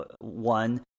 one